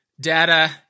data